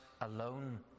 alone